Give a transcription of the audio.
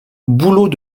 bouleaux